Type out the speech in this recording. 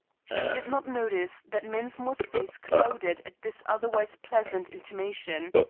she did not notice that mensmore's face clouded at this otherwise pleasant intimation.